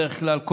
בדרך כלל,